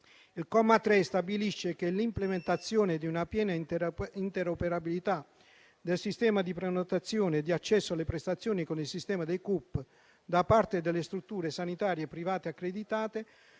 Il comma 3 stabilisce che l'implementazione di una piena interoperabilità del sistema di prenotazione e di accesso alle prestazioni con il sistema dei CUP da parte delle strutture sanitarie private accreditate